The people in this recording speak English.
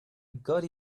got